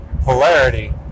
polarity